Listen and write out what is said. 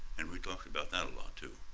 and we talked about that a lot, too.